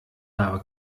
habe